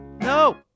No